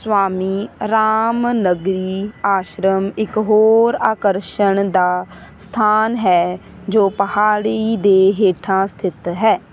ਸਵਾਮੀ ਰਾਮਨਗਿਰੀ ਆਸ਼ਰਮ ਇੱਕ ਹੋਰ ਆਕਰਸ਼ਣ ਦਾ ਸਥਾਨ ਹੈ ਜੋ ਪਹਾੜੀ ਦੇ ਹੇਠਾਂ ਸਥਿਤ ਹੈ